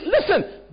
listen